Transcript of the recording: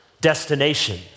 destination